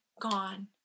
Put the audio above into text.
gone